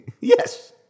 yes